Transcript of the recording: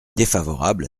défavorable